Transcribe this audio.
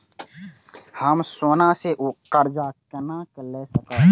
हम सोना से कर्जा केना लाय सकब?